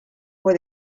fue